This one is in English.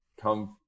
come